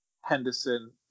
Henderson